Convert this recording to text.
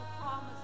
promise